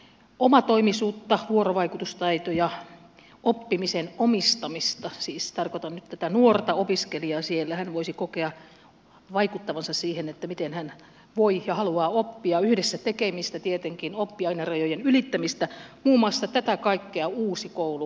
omatoimisuutta vuorovaikutustaitoja oppimisen omistamista siis tarkoitan nyt tätä nuorta opiskelijaa siellä että hän voisi kokea vaikuttavansa siihen miten hän voi ja haluaa oppia yhdessä tekemistä tietenkin oppiainerajojen ylittämistä muun muassa tätä kaikkea uusi koulu edellyttää